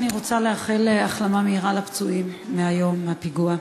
אני רוצה לאחל החלמה מהירה לפצועים מהפיגוע היום.